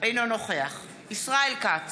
אינו נוכח ישראל כץ,